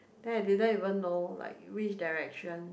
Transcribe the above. then I didn't even know which direction